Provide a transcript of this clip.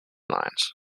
lines